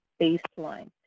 baseline